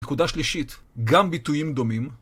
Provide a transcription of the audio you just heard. נקודה שלישית, גם ביטויים דומים.